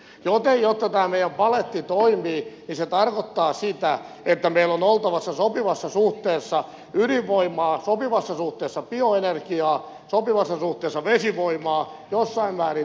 joten jotta tämä meidän paletti toimii niin se tarkoittaa sitä että meillä on oltava sopivassa suhteessa ydinvoimaa sopivassa suhteessa bioenergiaa sopivassa suhteessa vesivoimaa jossain määrin tuulta